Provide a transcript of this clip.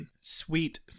sweet